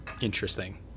interesting